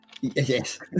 Yes